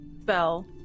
spell